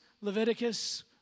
Leviticus